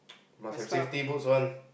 must have safety boots one